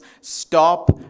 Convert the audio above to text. stop